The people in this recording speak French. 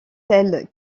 tels